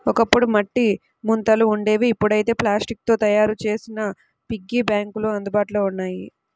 ఒకప్పుడు మట్టి ముంతలు ఉండేవి ఇప్పుడైతే ప్లాస్టిక్ తో తయ్యారు చేసిన పిగ్గీ బ్యాంకులు అందుబాటులో ఉన్నాయి